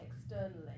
externally